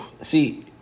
See